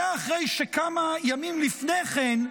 זה אחרי שכמה ימים לפני כן,